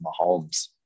Mahomes